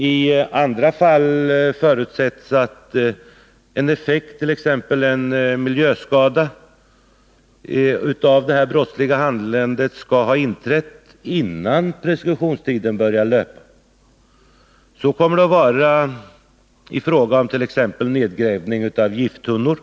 I andra fall förutsätts att en effekt, exempelvis en miljöskada, av det här brottsliga handlandet skall ha inträffat innan preskriptionstiden börjar löpa. Så kommer det att vara i fråga om t.ex. nedgrävning av gifttunnor.